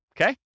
okay